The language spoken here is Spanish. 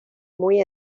muy